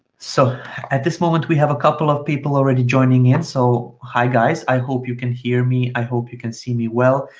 so at this moment we have a couple of people already joining in. so hi guys, i hope you can hear me, i hope you can see me well.